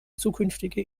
zukünftige